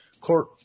court